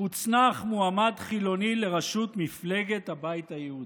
הוצנח מועמד חילוני לראשות מפלגת הבית היהודי.